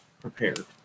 prepared